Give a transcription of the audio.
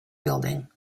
building